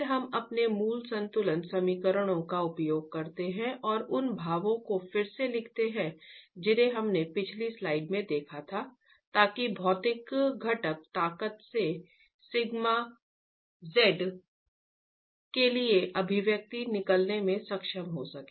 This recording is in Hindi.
फिर हम अपने मूल संतुलन समीकरणों का उपयोग करते हैं और उन भावों को फिर से लिखते हैं जिन्हें हमने पिछली स्लाइड में देखा था ताकि भौतिक घटक ताकत से σz के लिए अभिव्यक्ति निकालने में सक्षम हो सके